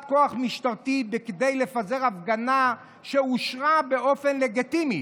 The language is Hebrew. כוח משטרתי בכדי לפזר הפגנה שאושרה באופן לגיטימי.